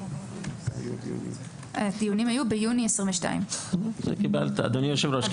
הדיונים היו ביוני 2022. אדוני היושב-ראש,